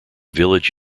village